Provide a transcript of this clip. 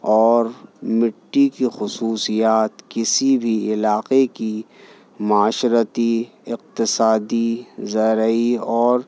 اور مٹی کی خصوصیات کسی بھی علاقے کی معاشرتی اقتصادی زرعی اور